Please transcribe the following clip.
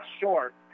short